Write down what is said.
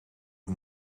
het